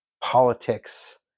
politics